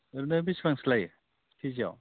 ओरैनो बेसेबांसो लायो केजियाव